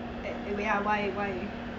eh ya why why